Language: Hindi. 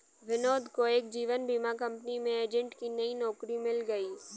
विनोद को एक जीवन बीमा कंपनी में एजेंट की नई नौकरी मिल गयी